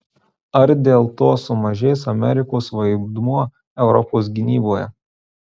ar dėl to sumažės amerikos vaidmuo europos gynyboje